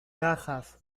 cajas